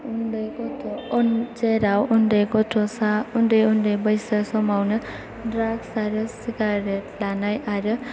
उन्दै गथ' जेराव उन्दै गथ'सा उन्दै उन्दै बैसो समावनो ड्राग्स आरो सिगारेट लानाय आरो